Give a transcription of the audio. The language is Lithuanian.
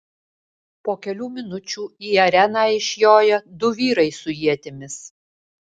po kelių minučių į areną išjoja du vyrai su ietimis